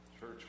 church